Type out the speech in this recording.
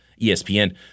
ESPN